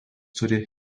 turi